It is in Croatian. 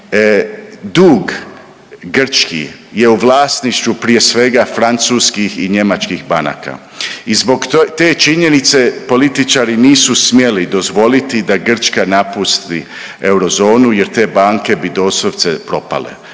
Dug grčki je u vlasništvu prije svega francuskih i njemačkih banaka i zbog te činjenice političari nisu smjeli dozvoliti da Grčka napusti eurozonu, jer te banke bi doslovce propale.